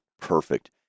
perfect